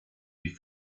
die